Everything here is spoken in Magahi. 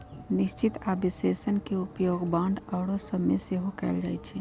निश्चित आऽ विश्लेषण के उपयोग बांड आउरो सभ में सेहो कएल जाइ छइ